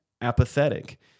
apathetic